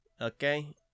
Okay